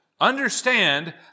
understand